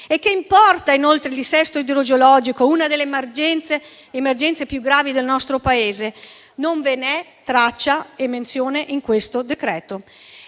E che importa inoltre il dissesto idrogeologico, una delle emergenze più gravi del nostro Paese? Non ve ne è traccia né menzione, in questo decreto.